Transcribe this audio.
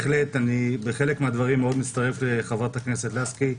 בחלק מהדברים אני מאוד מצטרף לחברת הכנסת לסקי.